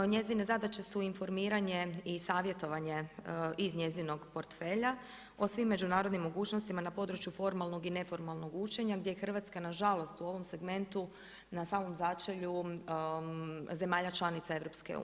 Njezine zadaće su informiranje i savjetovanje iz njezinog portfelja o svim međunarodnim mogućnostima na području formalnog i neformalnog učenja, gdje je Hrvatska na žalost u ovom segmentu na samom začelju zemalja članica EU.